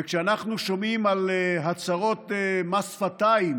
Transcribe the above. וכשאנחנו שומעים על הצהרות מס שפתיים